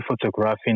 photographing